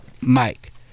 Mike